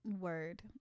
Word